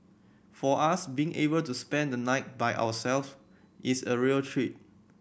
for us being able to spend the night by ourself is a real treat